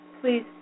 please